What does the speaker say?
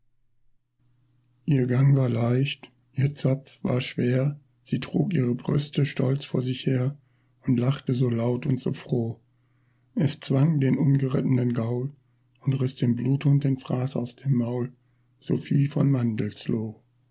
ihr gang war leicht ihr zopf war schwer sie trug ihre brüste stolz vor sich her und lachte so laut und so froh es zwang den ungerittenen gaul und riß dem bluthund den fraß aus dem maul sophiee von mandelsloh